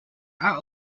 are